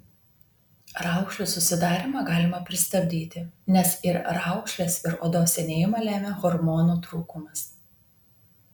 raukšlių susidarymą galima pristabdyti nes ir raukšles ir odos senėjimą lemia hormonų trūkumas